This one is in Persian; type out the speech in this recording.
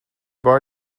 بار